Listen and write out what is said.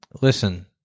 Listen